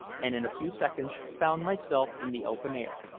and in a few seconds found myself in the open air.